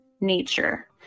nature